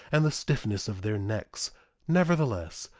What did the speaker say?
and the stiffness of their necks nevertheless,